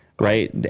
Right